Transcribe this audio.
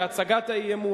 בהצגת האי-אמון,